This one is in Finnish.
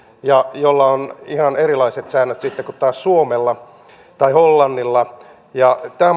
jolla on ihan erilaiset säännöt sitten kuin taas suomella tai hollannilla ja tämä